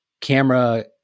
camera